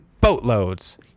Boatloads